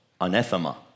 anathema